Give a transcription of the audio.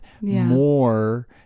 more